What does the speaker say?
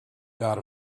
god